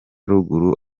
ruguru